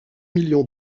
millions